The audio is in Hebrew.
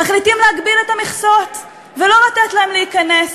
מחליטים להגביל את המכסות ולא לתת להם להיכנס.